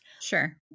Sure